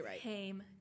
came